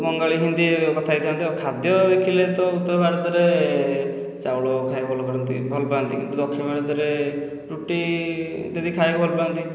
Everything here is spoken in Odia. ବଙ୍ଗାଳୀ ହିନ୍ଦୀ କଥା ହୋଇଥାନ୍ତି ଆଉ ଖାଦ୍ୟ ଦେଖିଲେ ତ ଉତ୍ତର ଭାରତରେ ଚାଉଳ ଖାଇବାକୁ ଭଲ କରନ୍ତି ଭଲ ପାଆନ୍ତି କିନ୍ତୁ ଦକ୍ଷିଣ ଭାରତରେ ରୁଟି ଇତ୍ୟାଦି ଖାଇବାକୁ ଭଲ ପାଆନ୍ତି